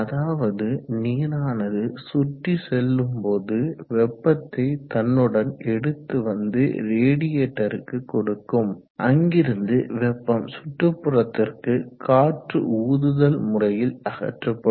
அதாவது நீரானது சுற்றி செல்லும்போது வெப்பத்தை தன்னுடன் எடுத்து வந்து ரேடியேட்டருக்கு கொடுக்கும் அங்கிருந்து வெப்பம் சுற்றுப்புறத்திற்கு காற்று ஊதுதல் முறையில் அகற்றப்படும்